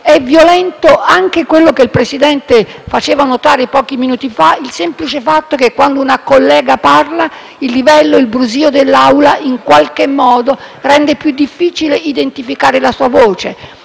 è violento anche ciò che il Presidente faceva notare pochi minuti fa: il semplice fatto che, quando una collega parla, il livello del brusio dell'Aula rende in qualche modo più difficile identificare la sua voce